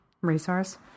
resource